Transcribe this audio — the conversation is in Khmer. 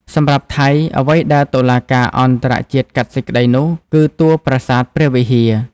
សម្រាប់ថៃ អ្វីដែលតុលាការអន្ដរជាតិកាត់សេចក្ដីនោះ គឺតួប្រាសាទព្រះវិហារ។